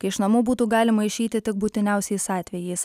kai iš namų būtų galima išeiti tik būtiniausiais atvejais